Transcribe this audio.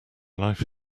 life